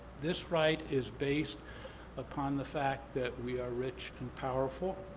this right is based upon the fact that we are rich and powerful,